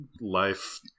life